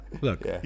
Look